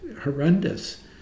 horrendous